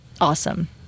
awesome